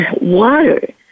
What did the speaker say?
water